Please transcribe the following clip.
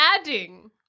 adding